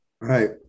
right